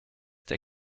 der